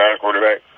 quarterback